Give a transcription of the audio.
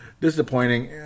Disappointing